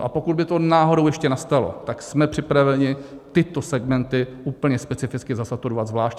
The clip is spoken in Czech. A pokud by to náhodou ještě nastalo, jsme připraveni tyto segmenty úplně specificky zasaturovat zvlášť.